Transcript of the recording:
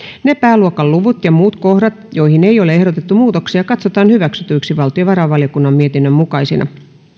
ne pääluokan luvut ja muut kohdat joihin ei ole ehdotettu muutoksia katsotaan hyväksytyiksi valtiovarainvaliokunnan mietinnön mukaisina